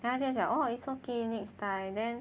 then 他就讲 oh it's okay next time then